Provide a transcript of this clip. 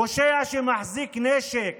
פושע שמחזיק נשק